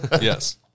yes